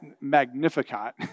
magnificat